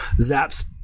zap's